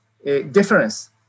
difference